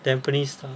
tampines Star~